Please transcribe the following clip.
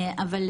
אבל,